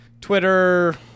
Twitter